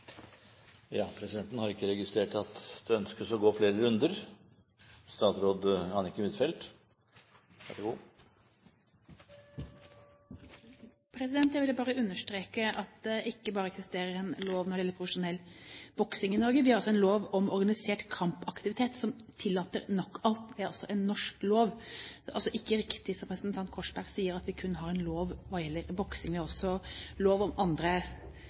Jeg vil understreke at det ikke bare eksisterer en lov om forbud mot profesjonell boksing i Norge – vi har også en lov om organisert kampaktivitet som tillater knockout. Det er en norsk lov. Det er altså ikke riktig, som representanten Korsberg sier, at vi kun har en lov hva gjelder boksing. Vi har også lov om andre